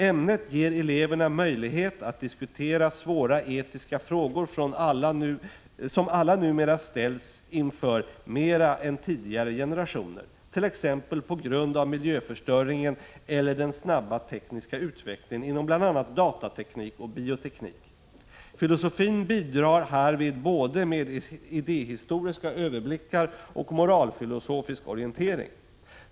Ämnet ger eleverna möjlighet att diskutera svåra etiska frågor som alla numera ställs inför mera än tidigare generationer, t.ex. på grund av miljöförstöringen eller den snabba tekniska utvecklingen inom bl.a. datateknik och bioteknik. Filosofin bidrar härvid både med idéhistoriska överblickar och moralfiiosofisk orientering.